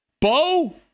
Bo